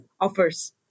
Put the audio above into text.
offers